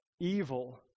Evil